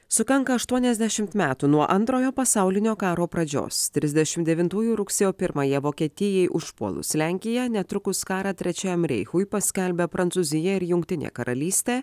sukanka aštuoniasdešimt metų nuo antrojo pasaulinio karo pradžios trisdešim devintųjų rugsėjo pirmąją vokietijai užpuolus lenkiją netrukus karą trečiajam reichui paskelbė prancūzija ir jungtinė karalystė